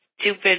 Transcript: stupid